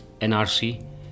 NRC